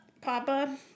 Papa